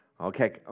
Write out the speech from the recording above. Okay